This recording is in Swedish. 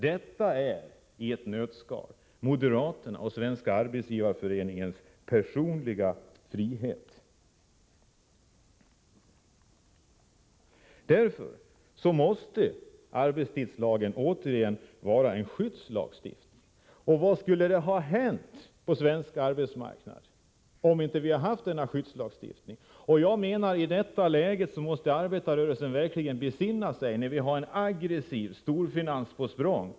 Detta är i ett nötskal moderaternas och Svenska arbetsgivareföreningens personliga frihet. Därför måste arbetstidslagen återigen vara en skyddslagstiftning. Vad skulle ha hänt på svensk arbetsmarknad om vi inte hade haft denna skyddslagstiftning? Jag menar att i detta läge måste arbetarrörelsen verkligen besinna sig — när vi har en aggressiv storfinans på språng.